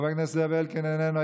חבר הכנסת זאב אלקין איננו,